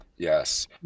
Yes